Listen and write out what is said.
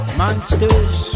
monsters